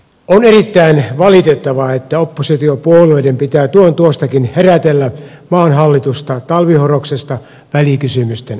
on erittäin valitettavaa että oppositiopuolueiden pitää tuon tuostakin herätellä maan hallitusta talvihorroksesta välikysymysten avulla